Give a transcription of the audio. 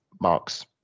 Mark's